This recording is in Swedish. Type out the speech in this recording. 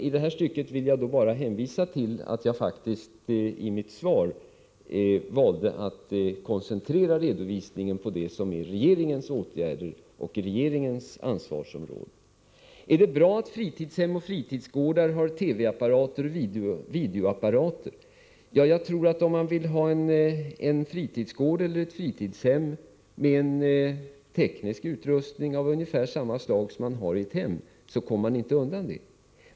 I det stycket vill jag bara hänvisa till att jag i mitt svar faktiskt valde att koncentrera redovisningen till det som är regeringens åtgärder och ansvarsområde. Är det bra att fritidshem och fritidsgårdar har TV och videoapparater? Ja, vill man ha en fritidsgård eller ett fritidshem med ungefär samma tekniska utrustning som finns i ett hem, kommer man inte undan dessa apparater.